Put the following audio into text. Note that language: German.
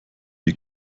die